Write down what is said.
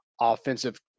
offensive